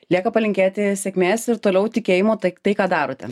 lieka palinkėti sėkmės ir toliau tikėjimo tai tai ką darote